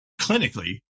clinically